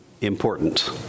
important